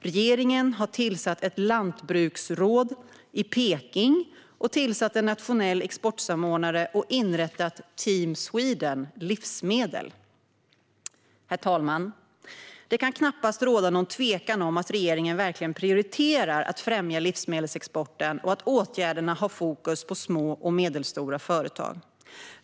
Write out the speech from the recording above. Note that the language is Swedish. Regeringen har tillsatt ett lantbruksråd i Peking och en nationell exportsamordnare och inrättat Team Sweden Livsmedel. Herr talman! Det kan knappast råda något tvivel på att regeringen verkligen prioriterar att främja livsmedelsexporten och att åtgärderna har fokus på små och medelstora företag.